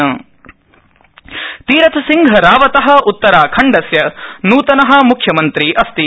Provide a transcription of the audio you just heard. तीरथसिंहरावत तीरथसिंहरावत उत्तराखण्डस्य नूतन म्ख्यमंत्री अस्ति